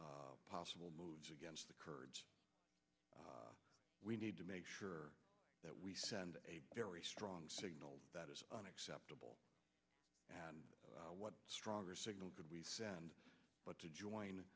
about possible moves against the kurds we need to make sure that we send a very strong signal that is unacceptable and what stronger signal could we but to join